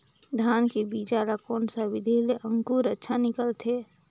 धान के बीजा ला कोन सा विधि ले अंकुर अच्छा निकलथे?